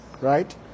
right